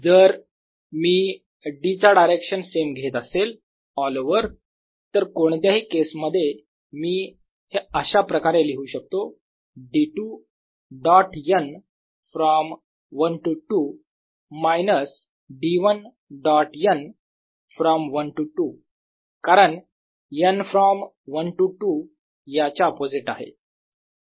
जर मी D चा डायरेक्शन सेम घेत असेल ऑल ओवर तर कोणत्याही केसमध्ये मी हे अशा प्रकारे लिहू शकतो D2 dot n from 1 to 2 minus D1 dot n from 1 to 2 कारण n फ्रॉम 1 टू 2 याच्या अपोझिट आहे